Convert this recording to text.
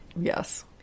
Yes